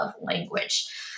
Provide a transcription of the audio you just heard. language